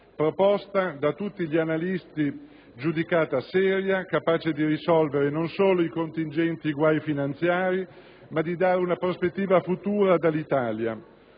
proposta da tutti gli analisti giudicata seria, capace di risolvere non solo i contingenti guai finanziari, ma di dare una prospettiva futura ad Alitalia,